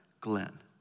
Glenn